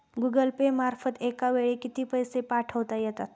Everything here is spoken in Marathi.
गूगल पे मार्फत एका वेळी किती पैसे पाठवता येतात?